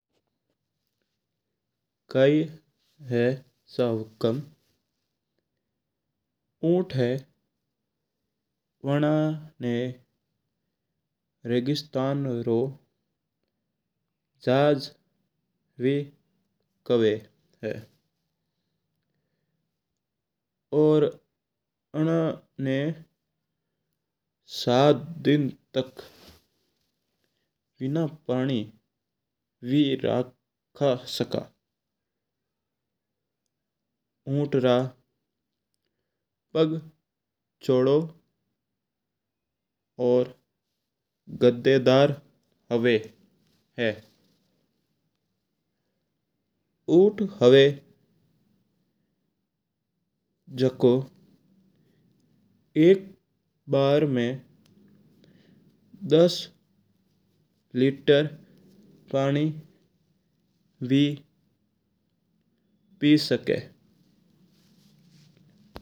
कै है सा हुकम ऊठ है वाणा ना रगिस्तान रो झज्ज वी खाव है। और आना ना सात दिन तक बिना पानी भी रख सका ऊठ रा पग्ग छोड़ो और डड़ेदर्र हुआ है ऊठ हुआ झुका एक्क बार मैं दस लीटर पानी भी पी सका है।